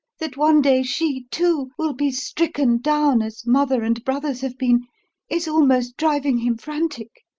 that one day she, too, will be stricken down as mother and brothers have been is almost driving him frantic.